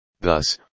thus